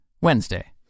Wednesday